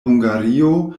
hungario